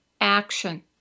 action